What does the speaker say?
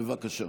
בבקשה.